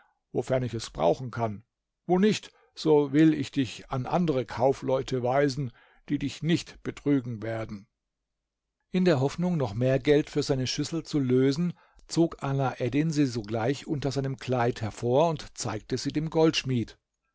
wofern ich es brauchen kann wo nicht so will ich dich an andere kaufleute weisen die dich nicht betrügen werden in der hoffnung noch mehr geld für seine schüssel zu lösen zog alaeddin sie sogleich unter seinem kleid hervor und zeigte sie dem goldschmied